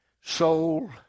soul